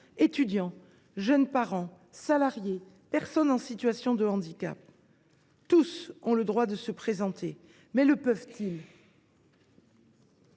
Étudiants, jeunes parents, salariés, personnes en situation de handicap, tous ont le droit de se présenter aux élections ;